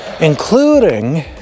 Including